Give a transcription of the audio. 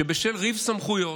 שבשל ריב סמכויות,